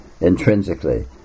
intrinsically